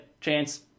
chance